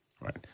Right